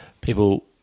people